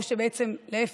או שבעצם להפך,